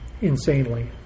insanely